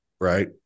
right